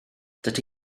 dydy